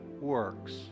works